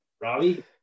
Robbie